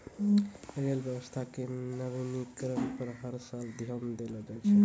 rail व्यवस्था के नवीनीकरण पर हर साल ध्यान देलो जाय छै